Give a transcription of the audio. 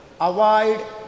Avoid